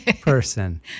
person